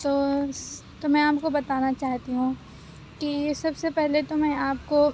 تو تو میں آپ کو بتانا چاہتی ہوں کہ سب سے پہلے تو میں آپ کو